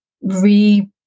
re